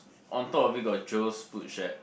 on top of it got Joe's food shack